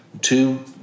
two